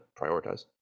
prioritize